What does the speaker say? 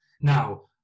Now